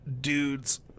Dudes